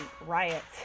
riots